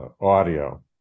audio